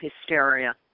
hysteria